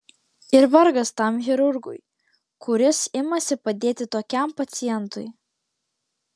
ir vargas tam chirurgui kuris imasi padėti tokiam pacientui